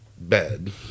bed